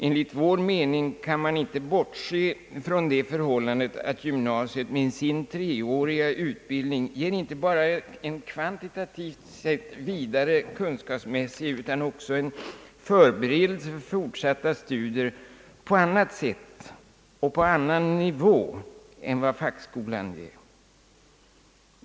Enligt vår mening kan man inte bortse från det förhållandet att gymnasiet med sin treåriga utbildning ger inte bara en kvantitativt sett vidare kunskapsmässig underbyggnad utan också en förberedelse för fortsatta studier på annat sätt och på annan nivå än vad fackskolan ger.